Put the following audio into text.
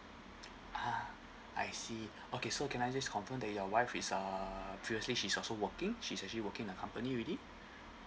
ah I see okay so can I just confirm that your wife is uh previously she's also working she's actually working a company already